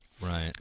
right